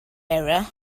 era